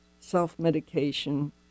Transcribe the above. self-medication